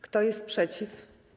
Kto jest przeciw?